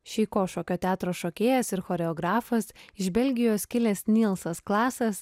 šeiko šokio teatro šokėjas ir choreografas iš belgijos kilęs nylsas klasas